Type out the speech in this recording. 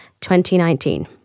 2019